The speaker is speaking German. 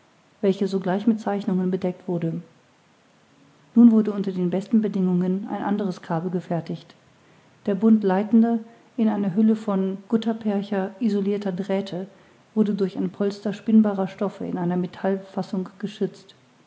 che sogleich mit zeichnungen bedeckt wurde nun wurde unter den besten bedingungen ein anderes kabel gefertigt der bund leitender in einer hülle von guttapercha isolirter drähte wurde durch ein polster spinnbarer stoffe in einer metallfassung geschützt